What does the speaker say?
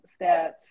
stats